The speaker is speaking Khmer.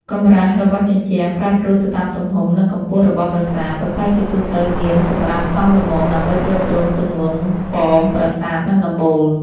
កម្រាស់របស់ជញ្ជាំងប្រែប្រួលទៅតាមទំហំ និងកម្ពស់របស់ប្រាសាទ ប៉ុន្តែជាទូទៅមានកម្រាស់សមល្មមដើម្បីទ្រទ្រង់ទម្ងន់ប៉មប្រាសាទ និងដំបូល។